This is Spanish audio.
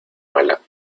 mala